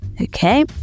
okay